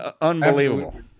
unbelievable